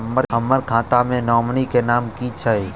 हम्मर खाता मे नॉमनी केँ नाम की छैय